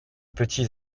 petits